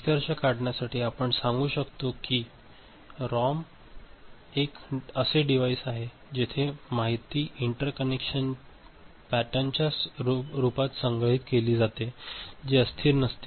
निष्कर्ष काढण्यासाठी आपण सांगू शकतो की रॉम एक असे डिव्हाइस आहे जेथे माहिती इंटरकनेक्शन पॅटर्नच्या रूपात संग्रहित केली जाते जे अस्थिर नसते